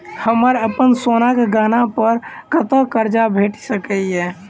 हमरा अप्पन सोनाक गहना पड़ कतऽ करजा भेटि सकैये?